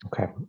Okay